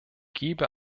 gebe